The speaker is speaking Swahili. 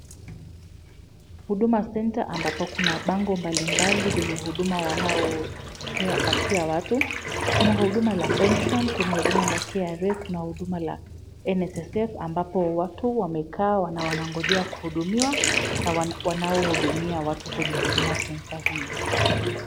Huduma Center, ambapo kuna bango mbalimbali zenye huduma wanaopatia watu. Kuna huduma la pension , kuna huduma la KRA, kuna huduma la NSSF, ambapo watu wamekaa wanangojea kuhudumiwa na wanaohudumia watu kwenye Huduma Center hiyo.